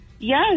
Yes